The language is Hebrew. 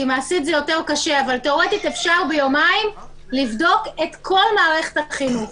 כי מעשית זה יותר קשה אפשר ביומיים לבדוק את כל מערכת החינוך.